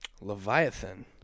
Leviathan